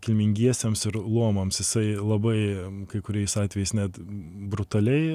kilmingiesiems ir luomams jisai labai kai kuriais atvejais net brutaliai